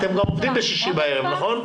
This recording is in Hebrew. אתם עובדים בשישי בערב, נכון?